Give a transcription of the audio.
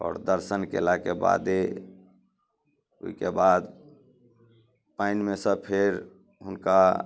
आओर दर्शन केलाके बादे ओइके बाद पानिमे सँ फेर हुनका